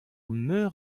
meur